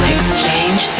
Exchange